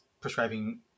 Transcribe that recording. prescribing